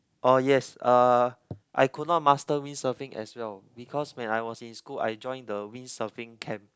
oh yes uh I could not master windsurfing as well because when I was in school I joined the windsurfing camp